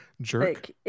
Jerk